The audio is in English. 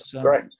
Great